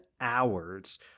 hours